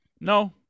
No